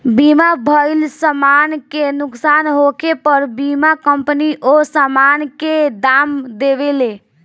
बीमा भइल समान के नुकसान होखे पर बीमा कंपनी ओ सामान के दाम देवेले